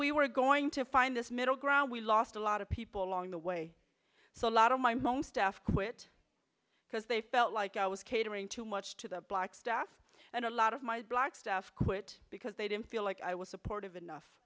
we were going to find this middle ground we lost a lot of people along the way so a lot of my mom staff quit because they felt like i was catering too much to the black staff and a lot of my black staff quit because they didn't feel like i was supportive enough